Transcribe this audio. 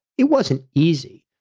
it wasn't easy.